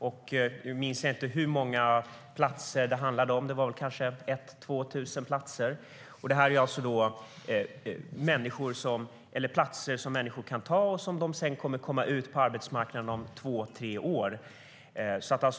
Nu minns jag inte hur många platser det handlade om. Det var kanske mellan 1 000 och 2 000 platser. Detta är platser som människor kan ta, och sedan kan de komma ut på arbetsmarknaden om två tre år.